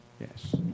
yes